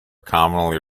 commonly